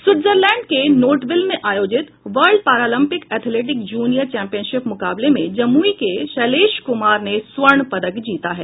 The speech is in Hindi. स्विटजरलैंड के नोटविल में आयोजित world Paralympic athletics junior championship मुकाबले में जमुई के शैलेश कुमार ने स्वर्ण पदक जीता है